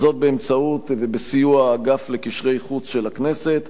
וזאת באמצעות ובסיוע האגף לקשרי חוץ של הכנסת.